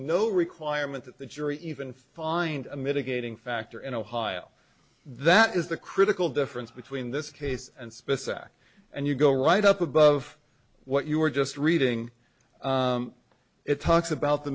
no requirement that the jury even find a mitigating factor in ohio that is the critical difference between this case and spitz act and you go right up above what you were just reading it talks about the